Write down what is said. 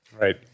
Right